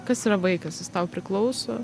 kas yra vaikas jis tau priklauso